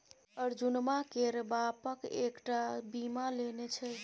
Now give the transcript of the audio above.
अर्जुनमा केर बाप कएक टा बीमा लेने छै